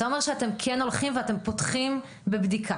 אתה אומר שאתם פותחים בבדיקה.